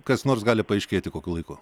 kas nors gali paaiškėti kokiu laiku